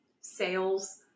sales